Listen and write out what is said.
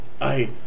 I-